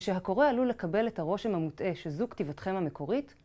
כשהקורא עלול לקבל את הרושם המוטעה שזו כתיבתכם המקורית,